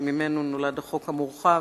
שממנו נולד החוק המורחב,